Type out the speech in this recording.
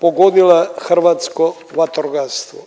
pogodila hrvatsko vatrogastvo.